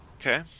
Okay